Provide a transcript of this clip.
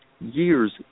years